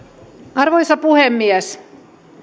arvoisa puhemies